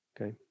Okay